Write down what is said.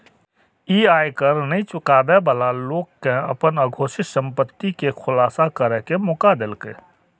ई आयकर नै चुकाबै बला लोक कें अपन अघोषित संपत्ति के खुलासा करै के मौका देलकै